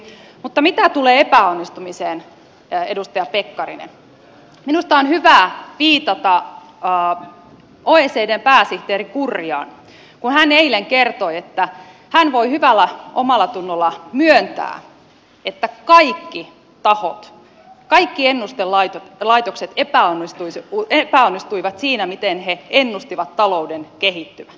mutta mitä tulee epäonnistumiseen edustaja pekkarinen minusta on hyvä viitata oecdn pääsihteeri gurriaan kun hän eilen kertoi että hän voi hyvällä omallatunnolla myöntää että kaikki tahot kaikki ennustelaitokset epäonnistuivat siinä miten he ennustivat talouden kehittyvän